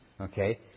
okay